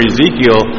Ezekiel